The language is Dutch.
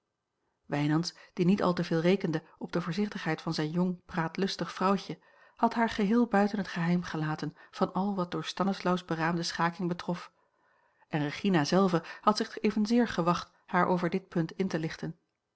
wijnands die niet al te veel rekende op de voorzichtigheid van zijn jong praatlustig vrouwtje had haar geheel buiten het geheim gelaten van al wat door stanislaus beraamde schaking betrof en regina zelve had zich evenzeer gewacht haar over dit punt in te lichten